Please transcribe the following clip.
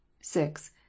six